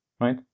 right